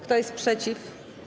Kto jest przeciw?